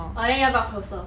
orh then y'all got closer